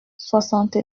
soixante